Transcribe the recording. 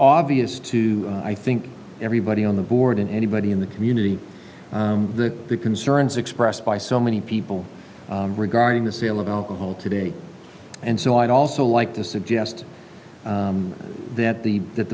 obvious to i think everybody on the board and anybody in the community the concerns expressed by so many people regarding the sale of alcohol today and so i'd also like to suggest that the that